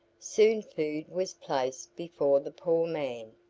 soon food was placed before the poor man.